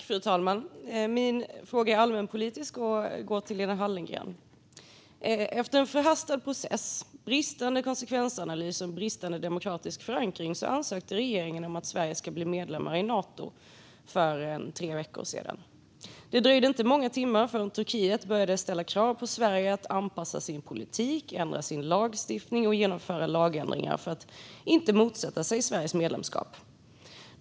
Fru talman! Min fråga är allmänpolitisk och går till Lena Hallengren. Efter en förhastad process, bristande konsekvensanalys och bristande demokratisk förankring ansökte regeringen för cirka tre veckor sedan om att Sverige ska bli medlem i Nato. Det dröjde inte många timmar förrän Turkiet började ställa krav på oss i Sverige om att anpassa vår politik och genomföra lagändringar för att de inte skulle motsätta sig Sveriges medlemskap.